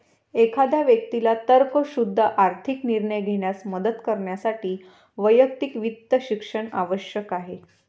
एखाद्या व्यक्तीला तर्कशुद्ध आर्थिक निर्णय घेण्यास मदत करण्यासाठी वैयक्तिक वित्त शिक्षण आवश्यक आहे